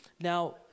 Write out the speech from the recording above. now